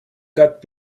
god